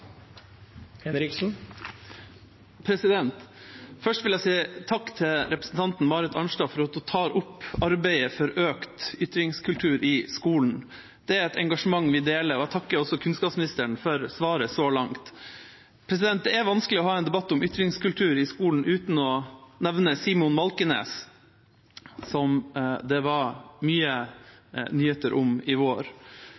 Marit Arnstad for at hun tar opp arbeidet for økt ytringskultur i skolen. Det er et engasjement vi deler. Jeg takker også kunnskapsministeren for svaret så langt. Det er vanskelig å ha en debatt om ytringskultur i skolen uten å nevne Simon Malkenes, som det var mye